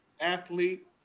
athlete